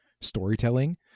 storytelling